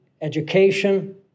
education